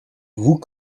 vous